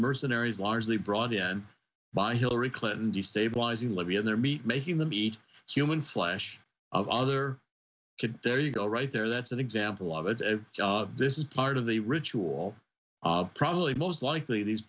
mercenaries largely brought in by hillary clinton destabilizing libya in their meat making them eat human flesh of other kids there you go right there that's an example of it this is part of the ritual probably most likely these